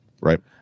right